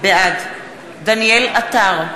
בעד דניאל עטר,